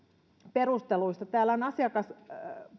perusteluista täällä on asiakaspaikkoja